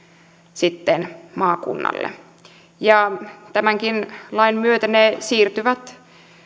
sitten maakunnalle ja tämänkin lain myötä ne siirtyvät